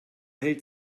hält